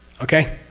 okay?